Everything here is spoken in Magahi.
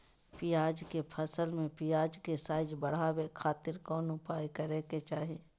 प्याज के फसल में प्याज के साइज बढ़ावे खातिर कौन उपाय करे के चाही?